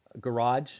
garage